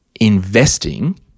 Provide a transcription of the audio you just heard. investing